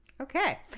Okay